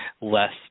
less